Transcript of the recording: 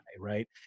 right